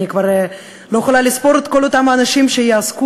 אני כבר לא יכולה לספור את כל אותם אנשים שיעסקו